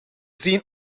zien